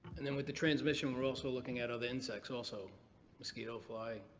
and then with the transmission we're also looking at other insects, also mosquito, fly,